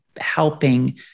helping